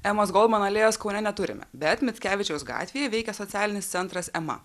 emos goldman alėjos kaune neturime bet mickevičiaus gatvėje veikia socialinis centras ema